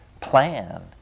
plan